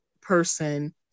person